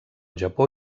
japó